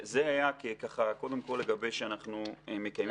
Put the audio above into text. זה קודם כול לגבי זה שאנחנו מקיימים את החוק.